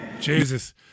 Jesus